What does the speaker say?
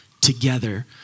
together